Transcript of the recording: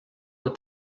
with